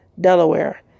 Delaware